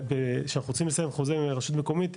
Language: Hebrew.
שאנחנו צריכים לסיים חוזה עם רשות מקומית,